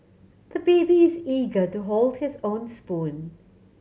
the baby is eager to hold his own spoon